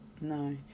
no